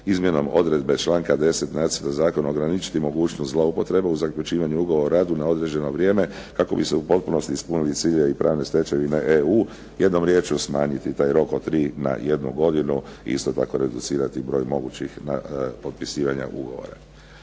izmjenom odredbe članka 10. … ograničiti mogućnost zloupotrebe zaključivanje ugovora o radu na određeno vrijeme kako bi se potpuno ispunili ciljevi i pravne stečevine EU jednom riječju smanjiti taj rok od 3 na 1 godinu i isto tako reducirati broj mogućih potpisivanja ugovora.